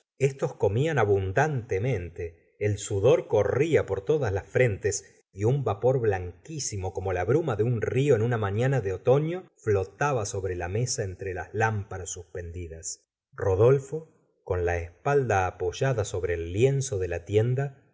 estos comían abundantemente el sudor corría por todas las frentes y un vapor blanquísimo como la bruma de un río en una mañana de otoño flotaba sobre la mesa entre las lámparas suspendidas rodolfo con la espalda apoyada sobre el lienzo de la tienda